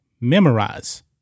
memorize